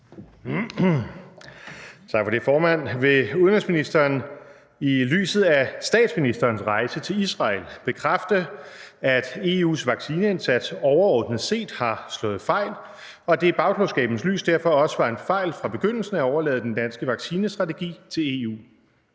Tak for det, formand. Vil udenrigsministeren i lyset af statsministerens rejse til Israel bekræfte, at EU’s vaccineindsats overordnet set har slået fejl, og at det i bagklogskabens lys derfor også var en fejl fra begyndelsen at overlade den danske vaccinestrategi til EU?